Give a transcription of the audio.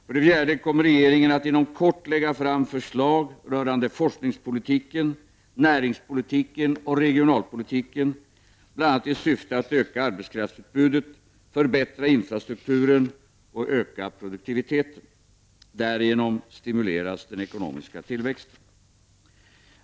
För det fjärde kommer regeringen inom kort att lägga fram förslag rörande forskningspolitik, näringspolitik och regionalpolitik, bl.a. i syfte att öka arbetskraftsutbudet, förbättra infrastrukturen och öka produktiviteten. Därigenom stimuleras den ekonomiska tillväxten.